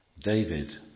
David